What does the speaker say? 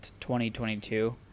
2022